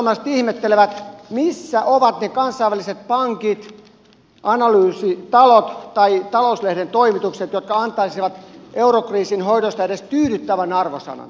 perussuomalaiset ihmettelevät missä ovat ne kansainväliset pankit analyysitalot tai talouslehden toimitukset jotka antaisivat eurokriisin hoidosta edes tyydyttävän arvosanan